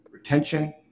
retention